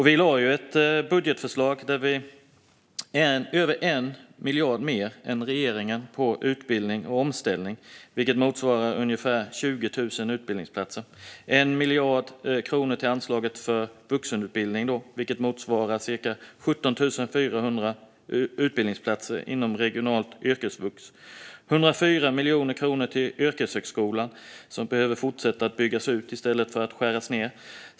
Vi lade ju fram ett budgetförslag där vi lade över 1 miljard mer än regeringen på utbildning och omställning, vilket motsvarar ungefär 20 000 utbildningsplatser. Vi lade 1 miljard kronor till anslaget för vuxenutbildning, vilket motsvarar cirka 17 400 utbildningsplatser inom regional yrkesvux. Vi lade 104 miljoner kronor till yrkeshögskolan, som behöver fortsätta att byggas ut i stället för att skäras ned.